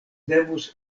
devus